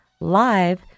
live